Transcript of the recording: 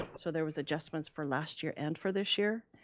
so there was adjustments for last year and for this year,